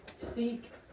seek